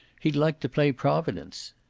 he'd like to play providence.